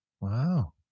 Wow